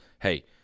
hey